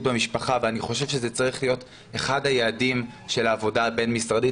במשפחה ואני חושב שזה צריך להיות אחד היעדים של העבודה הבין-משרדית